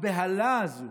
הבהלה הזו,